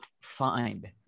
find